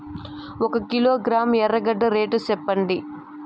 ఒక కిలోగ్రాము ఎర్రగడ్డ రేటు సెప్పండి?